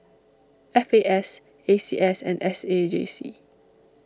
F A S A C S and S A J C